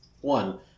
one